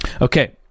Okay